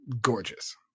gorgeous